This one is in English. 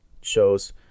shows